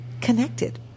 connected